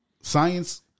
Science